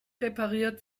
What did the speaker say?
repariert